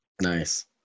Nice